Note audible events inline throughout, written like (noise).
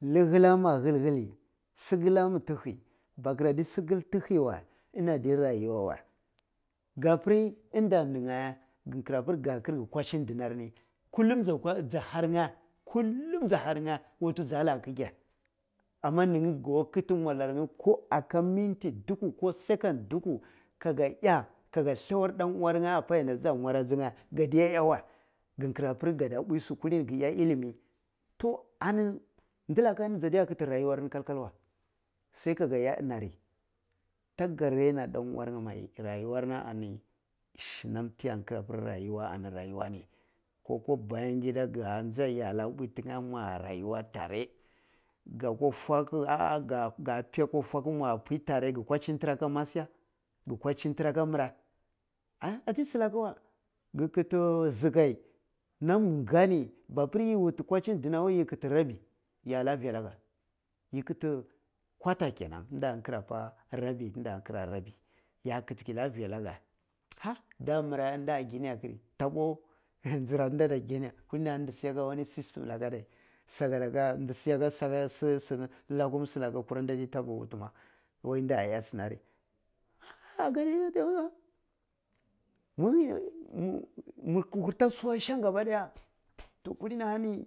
Lihila ma ah hil hil li si gi la ma ti hi ba gir ta si gil ti hi wey ini adi rayuwa wey ga apir inda ni ye gin kirapir ga kir gi kwajini dinar ni kulum ja har nge kullun ja har nye watto jala ga ki ge amma ni nye go kiti mwalar nye aka minti dukwu ko second dukwu kaga iya kaga thlawar dan uwar nje appa yar da ti ja mwari aji nye kadde iya we kin kirabir kaada npuyi su kulini gi iya ilini tol anni ndilaka ni jade kitti rayuwar nge kal kal wey se kaga iya inari tagu raina dan uwar nye mai rayuwar asina an nam tiya girapir rayum a rani rayuwa ni koh koh bayangida ga njai yalla npayi tin ye mwa rayuwa tare gakwa fwakwu ah ga piya kura fwa kwu mwa pi tare gi kwajinitira ka masi ya gi kwai juitira ka mira adi silaka gi kiti zigal nam nga ni mabir yi wuti kumi jinni dinawai yi kiti rabi yala fi alla kga yi kiti kuwata kenan in da rabi tin a nkira rabi ya kiti keh likka fi alla gaha da mirra nda gini akiri tapo (laughs) njirah nda da gini kulini ndi si ya ka wani system lala adai sakala ka di si ya ka si lakum silaka nam kura di ta taba wui ma. Wai nda iya sinari (unintelligible) mur murta suwa san gaba daja toh gulini ahani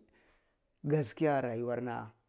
gaskiya rayuwar na.